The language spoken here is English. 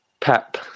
Pep